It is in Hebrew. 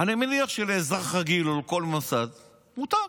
אני מניח שלאזרח רגיל או לכל מוסד, מותר.